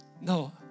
no